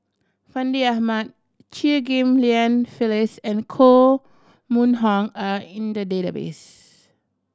Fandi Ahmad Chew Ghim Lian Phyllis and Koh Mun Hong are in the database